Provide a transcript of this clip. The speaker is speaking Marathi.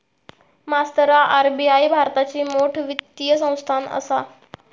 मास्तरा आर.बी.आई भारताची मोठ वित्तीय संस्थान आसा